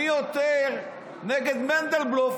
אני יותר נגד מנדלבלוף,